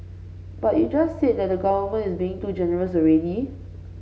but you just said that the government is being too generous already